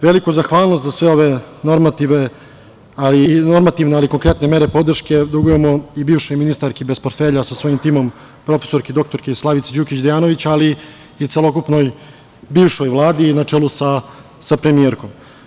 Veliku zahvalnost za sve ove normativne, ali i konkretne mere podrške dugujemo i bivšoj ministarki bez portfelja sa svojim timom, prof. dr Slavici Đukić Dejanović, ali i celokupnoj bivšoj Vladi na čelu sa premijerkom.